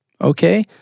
Okay